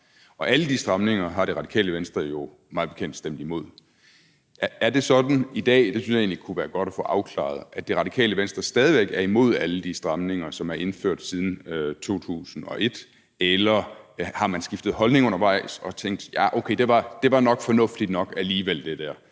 Alle de stramninger har Radikale Venstre mig bekendt jo stemt imod. Er det sådan i dag – det synes jeg egentlig kunne være godt at få afklaret – at Radikale Venstre stadig væk er imod alle de stramninger, som er indført siden 2001, eller har man skiftet holdning undervejs og tænkt, at det nok var fornuftigt nok alligevel? Eller